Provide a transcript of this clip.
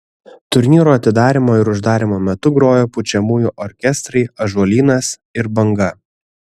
turnyro atidarymo ir uždarymo metu grojo pučiamųjų orkestrai ąžuolynas ir banga